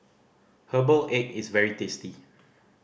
herbal egg is very tasty